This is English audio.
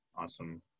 awesome